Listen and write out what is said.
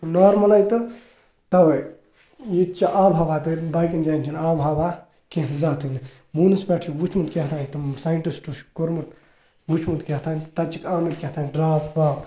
نارمَلے تہٕ تَوے ییٚتہِ چھِ آب و ہوا توتہِ باقٕیَن جایَن چھِنہٕ آب و ہوا کیٚنٛہہ زاتھٕے نہٕ موٗنَس پٮ۪ٹھ چھُ وُچھمُت کیٚہتانۍ تٕم ساینٹِسٹو چھُ کوٚرمُت وُچھمُت کیٚہتانۍ تَتہِ چھِکھ آمٕتۍ کیٚہتانۍ ڈرٛاپ واپ